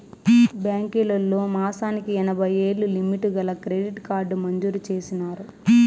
బాంకీలోల్లు మాసానికి ఎనభైయ్యేలు లిమిటు గల క్రెడిట్ కార్డు మంజూరు చేసినారు